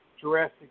Jurassic